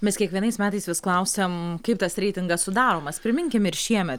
mes kiekvienais metais vis klausiam kaip tas reitingas sudaromas priminkim ir šieme